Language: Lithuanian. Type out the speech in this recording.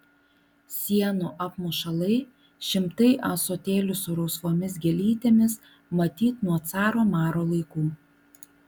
sienų apmušalai šimtai ąsotėlių su rausvomis gėlytėmis matyt nuo caro maro laikų